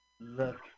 Look